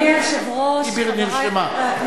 היא נרשמה.